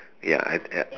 ya I've had